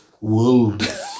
World